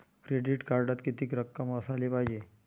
Credit कार्डात कितीक रक्कम असाले पायजे?